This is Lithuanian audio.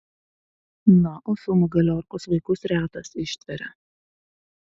na o filmą galiorkos vaikus retas ištveria